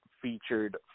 Featured